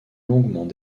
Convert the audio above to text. longuement